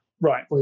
Right